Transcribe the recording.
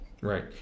Right